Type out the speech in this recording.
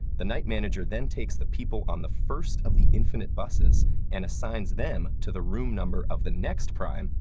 the night manager then takes the people on the first of the infinite buses and assigns them to the room number of the next prime,